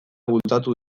bultzatu